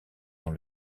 dans